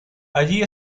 allí